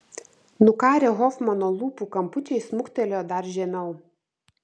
nukarę hofmano lūpų kampučiai smuktelėjo dar žemiau